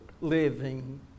living